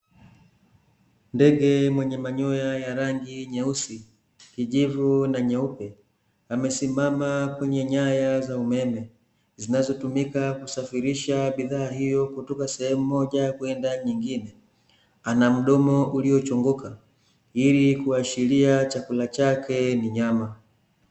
Ndege mwenye manyoya ya rangi nyeusi, kijivu na nyeupe amesimama kwenye nyaya za umeme, zinazotumika kusafirishia bidhaa hiyo kutoka sehemu moja kwenda nyingine, ana mdomo uliochongoka ili kuashiria chakula chake ni nyama.